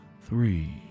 three